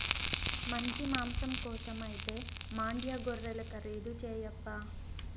మంచి మాంసం కోసమైతే మాండ్యా గొర్రెలు ఖరీదు చేయప్పా